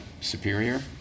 superior